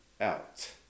out